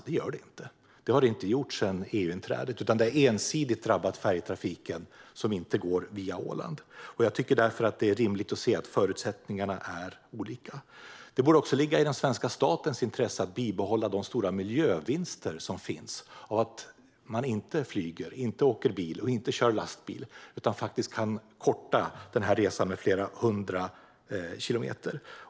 Någon sådan konkurrens har inte rått sedan EU-inträdet, utan detta har ensidigt drabbat den färjetrafik som inte går via Åland. Jag tycker därför att det är rimligt att säga att förutsättningarna är olika. För det andra borde det ligga i den svenska statens intresse att behålla de stora miljövinster som finns i att människor inte flyger, åker bil eller kör lastbil och dessutom kan korta resan med flera hundra kilometer.